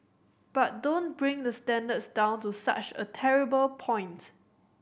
but don't bring the standards down to such a terrible point